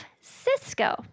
Cisco